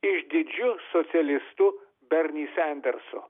išdidžiu socialistu berni sendersu